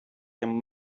тим